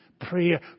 prayer